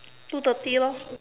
two thirty lor